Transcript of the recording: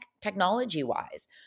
technology-wise